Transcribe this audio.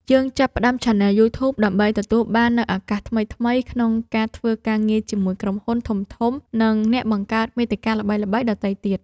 យើងចាប់ផ្តើមឆានែលយូធូប ដើម្បីទទួលបាននូវឱកាសថ្មីៗក្នុងការធ្វើការងារជាមួយក្រុមហ៊ុនធំៗ និងអ្នកបង្កើតមាតិកាល្បីៗដទៃទៀត។